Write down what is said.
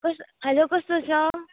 कस हेलो कस्तो छ